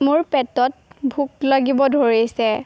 মোৰ পেটত ভোক লাগিব ধৰিছে